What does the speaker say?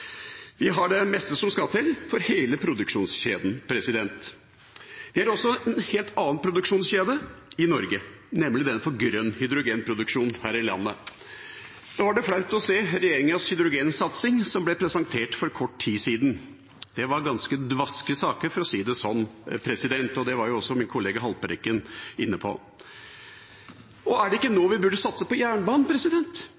Vi har det meste som skal til for hele produksjonskjeden. Vi har også en helt annen produksjonskjede i Norge, nemlig den for grønn hydrogenproduksjon her i landet. Da var det flaut å se regjeringas hydrogensatsing, som ble presentert for kort tid siden. Det var ganske dvaske saker, for å si det sånn, og det var også min kollega Haltbrekken inne på. Og er det ikke